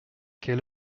quel